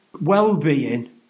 well-being